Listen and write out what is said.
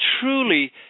truly